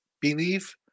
believe